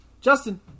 Justin